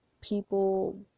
people